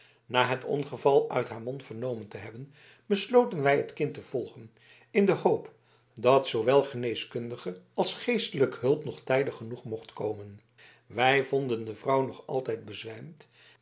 na het ongeval uit haar mond vernomen te hebben besloten wij het kind te volgen in de hoop dat zoowel geneeskundige als geestelijke hulp nog tijdig genoeg mocht komen wij vonden de vrouw nog altijd